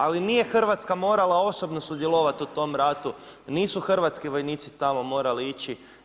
Ali nije Hrvatska morala osobno sudjelovati u tom ratu, nisu hrvatski vojnici tamo morali ići.